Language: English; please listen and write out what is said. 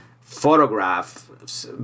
photographs